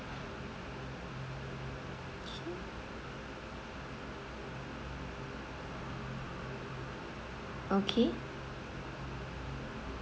okay okay